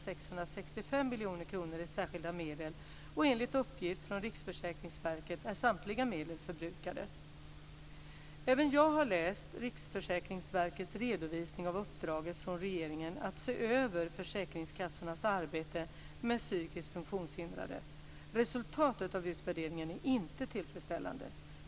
665 miljoner kronor i särskilda medel, och enligt uppgift från Riksförsäkringsverket är samtliga medel förbrukade. Även jag har läst Riksförsäkringsverkets redovisning av uppdraget från regeringen att se över försäkringskassornas arbete med psykiskt funktionshindrade. Resultatet av utvärderingen är inte tillfredsställande.